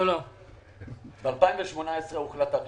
בשנת 2018 הוחלטה ההחלטה.